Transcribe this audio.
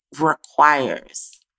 requires